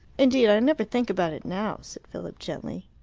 indeed i never think about it now, said philip gently.